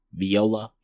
viola